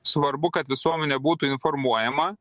svarbu kad visuomenė būtų informuojama